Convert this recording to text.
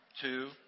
Two